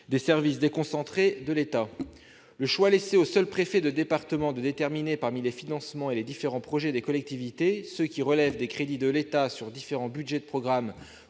des services déconcentrés de l'État ? Le choix laissé au seul préfet de département de déterminer, parmi les financements et les différents projets des collectivités, ceux qui relèvent des crédits de l'État sur différents budgets de programme